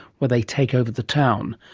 where they take over the town?